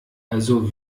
also